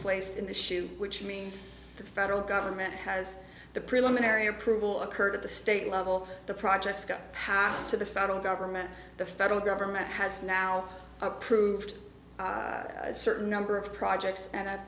placed in the chute which means the federal government has the preliminary approval occurred at the state level the projects got passed to the federal government the federal government has now approved a certain number of projects and i